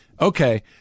okay